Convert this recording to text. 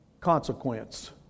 consequence